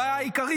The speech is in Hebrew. הבעיה העיקרית,